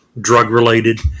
drug-related